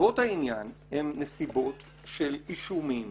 נסיבות העניין הן נסיבות של אישומים